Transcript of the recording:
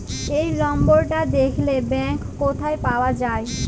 এই লম্বরটা দ্যাখলে ব্যাংক ক্যথায় পাউয়া যায়